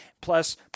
Plus